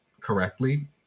correctly